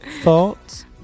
Thoughts